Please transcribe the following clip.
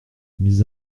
mis